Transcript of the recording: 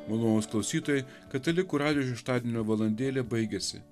malonūs klausytojai katalikų radijo šeštadienio valandėlė baigėsi